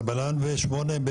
8,